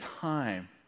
time